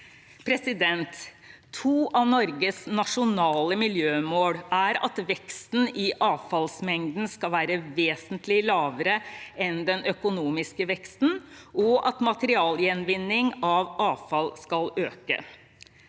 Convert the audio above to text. ansvar. To av Norges nasjonale miljømål er at veksten i avfallsmengden skal være vesentlig lavere enn den økonomiske veksten, og at materialgjenvinning av avfall skal øke.